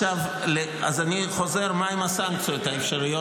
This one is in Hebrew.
אז אני חוזר על מה הן הסנקציות האפשריות